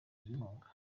inkunga